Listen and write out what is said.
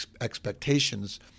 expectations